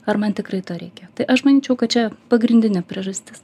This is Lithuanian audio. ar man tikrai to reikia tai aš manyčiau kad čia pagrindinė priežastis